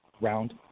Round